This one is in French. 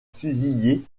fusillés